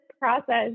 process